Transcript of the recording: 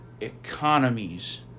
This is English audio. economies